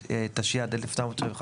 התשי"ד-1954".